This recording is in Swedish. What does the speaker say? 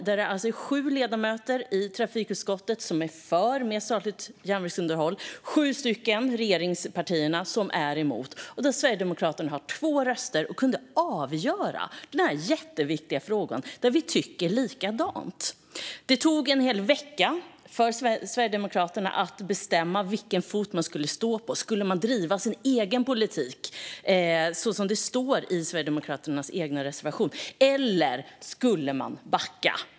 Det är sju ledamöter i trafikutskottet som är för mer statligt järnvägsunderhåll och sju ledamöter - från regeringspartierna - som är emot. Sverigedemokraterna har två röster och skulle kunna avgöra denna jätteviktiga fråga, där vi tycker likadant. Det tog en hel vecka för Sverigedemokraterna att bestämma vilken fot man skulle stå på. Skulle man driva sin egen politik, som det står i Sverigedemokraternas egen reservation, eller skulle man backa?